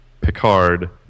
Picard